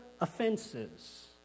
offenses